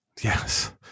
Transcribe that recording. Yes